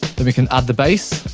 then, we can add the base.